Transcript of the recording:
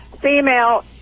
female